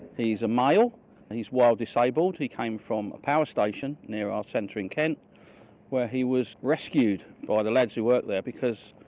he's a male and he's wild disabled. he came from a power station near our centre in kent where he was rescued by the lads who work there because.